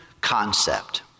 concept